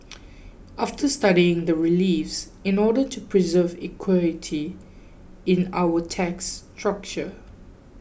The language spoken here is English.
after studying the reliefs in order to preserve equity in our tax structure